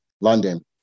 London